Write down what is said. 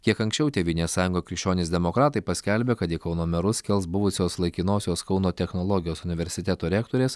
kiek anksčiau tėvynės sąjunga krikščionys demokratai paskelbė kad į kauno merus kels buvusios laikinosios kauno technologijos universiteto rektorės